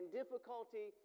difficulty